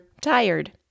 tired